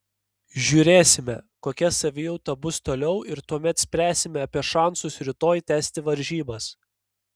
žiūrėsime kokia savijauta bus toliau ir tuomet spręsime apie šansus rytoj tęsti varžybas